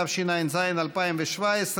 התשע"ז 2017,